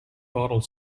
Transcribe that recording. bottle